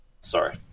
Sorry